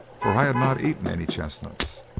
for i had not eaten any chestnuts.